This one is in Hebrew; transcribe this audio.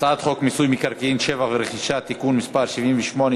הצעת חוק מיסוי מקרקעין (שבח ורכישה) (תיקון מס' 78),